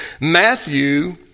Matthew